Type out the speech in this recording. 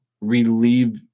relieve